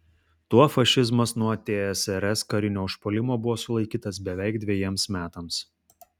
tuo fašizmas nuo tsrs karinio užpuolimo buvo sulaikytas beveik dvejiems metams